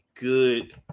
good